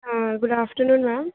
ആ good afternoon മാം